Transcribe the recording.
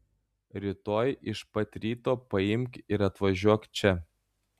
rytoj iš pat ryto paimk ir atvažiuok čia